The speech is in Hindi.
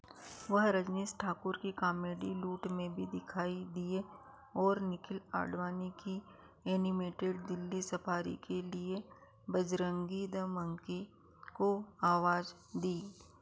वह रजनीश ठाकुर की कामेडी लूट में भी दिखाई दिए और निखिल आडवाणी की एनिमेटेड दिल्ली सफ़ारी के लिए बजरंगी द मंकी को आवाज़ दी